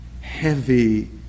heavy